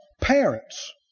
parents